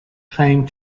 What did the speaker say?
claimed